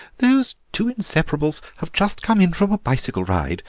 those two inseparables have just come in from a bicycle ride,